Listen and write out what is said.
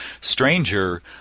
stranger